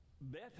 Beth